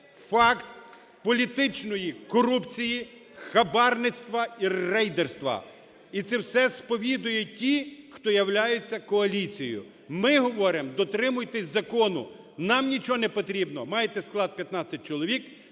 факт політичної корупції, хабарництва і рейдерства. І це все сповідують ті, хто являється коаліцією. Ми говоримо, дотримуйтесь закону. Нам нічого непотрібно. Маєте склад 15 чоловік,